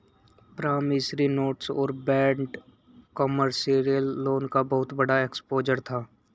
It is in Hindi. प्रॉमिसरी नोट्स और बैड कमर्शियल लोन का बहुत बड़ा एक्सपोजर था